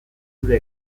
zure